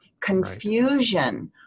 confusion